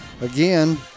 Again